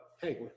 Hey